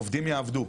עובדים יעבדו.